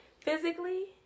Physically